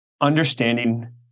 Understanding